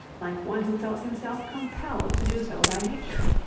like one who felt himself compelled to do so by nature.